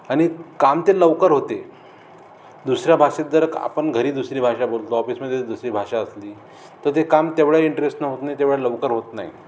आणि काम ते लवकर होते दुसऱ्या भाषेत जर आपण घरी दुसरी भाषा बोलतो ऑफिसमध्ये दुसरी भाषा असली तर ते काम तेवढ्या इंटरेस्टनं होत नाही तेवढ्या लवकर होत नाही